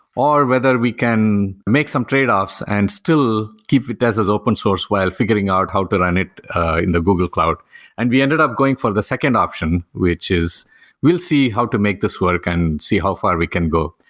or whether we can make some trade-offs and still keep it as as open-source while figuring out how but to run it in the google cloud and we ended up going for the second option, which is we'll see how to make this work and see how far we can go.